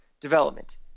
development